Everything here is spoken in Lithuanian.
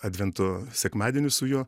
advento sekmadienius su juo